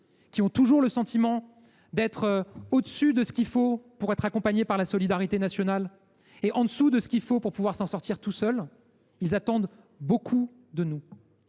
qui ont toujours le sentiment d’avoir un peu plus de ce qu’il faut pour être accompagnés par la solidarité nationale et un peu moins de ce qu’il faut pour s’en sortir tout seuls, attendent beaucoup de nous.